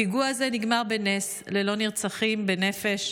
הפיגוע הזה נגמר בנס ללא נרצחים בנפש.